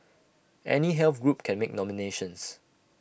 any health group can make nominations